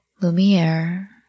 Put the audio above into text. Lumiere